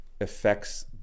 affects